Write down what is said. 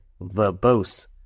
verbose